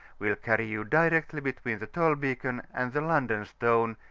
will carry you directly between the tolbeacon and the london stone,